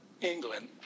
England